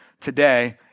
today